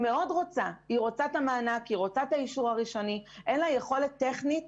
הגננת רוצה את האישור הראשוני ואת המענק אבל אין לה יכולת טכנית